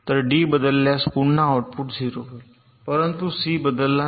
तर डी बदलल्यास पुन्हा आउटपुट 0 होईल परंतु C बदलला नाही